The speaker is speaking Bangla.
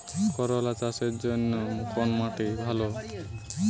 করলা চাষের জন্য কোন মাটি ভালো?